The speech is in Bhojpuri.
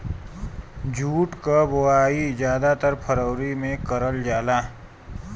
जूट क बोवाई जादातर फरवरी में करल जाला